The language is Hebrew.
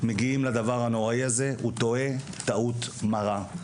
מגיעים לדבר הנוראי הזה טועה טעות מרה.